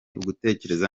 ugutekereza